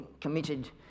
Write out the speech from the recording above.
committed